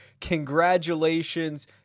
Congratulations